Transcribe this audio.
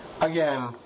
again